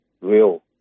real